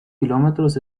kilómetros